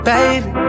Baby